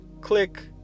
Click